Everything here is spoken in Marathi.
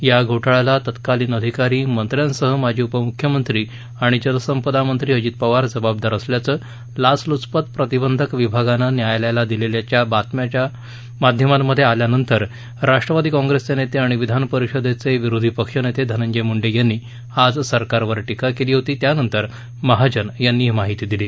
या घोटाळ्याला तत्कालीन अधिकारी मंत्र्यांसह माजी उपमुख्यमंत्री आणि जलसंपदा मंत्री अजित पवार जबाबदार असल्याचं लाचल्चपत प्रतिबंधक विभागानं न्यायालयाला सांगितल्याच्या बातम्या माध्यमांमध्ये आल्यानंतर राष्ट्रवादी काँग्रेसचे नेते आणि विधानपरिषदेचे विरोधी पक्ष नेते धनंजय मुंडे यांनी आज सरकारवर टीका केली होती त्यानंतर महाजन यांनी ही माहिती दिली